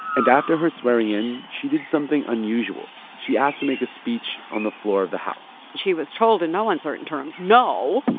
and after her swearing-in, she did something unusual she asked to make a speech on the floor of the house she was told, in no uncertain terms, no